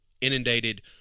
inundated